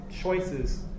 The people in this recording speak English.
choices